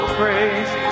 praise